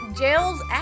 jail's